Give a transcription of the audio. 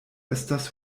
estas